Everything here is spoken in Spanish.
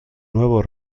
nuevo